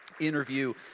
interview